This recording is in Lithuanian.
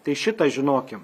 tai šitą žinokim